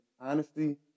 honesty